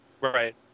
Right